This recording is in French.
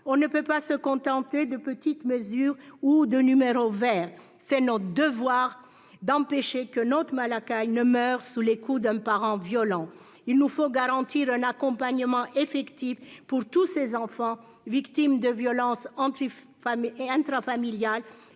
On ne peut pas se contenter de petites mesures ou de numéro vert. C'est notre devoir d'empêcher qu'un autre Malakai ne meure sous les coups d'un parent violent. Il nous faut garantir un accompagnement effectif pour tous ces enfants victimes de violences intrafamiliales